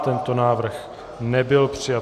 Tento návrh nebyl přijat.